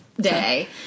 day